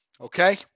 okay